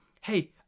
hey